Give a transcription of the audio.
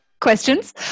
Questions